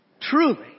Truly